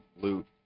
loot